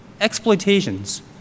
exploitations